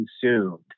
consumed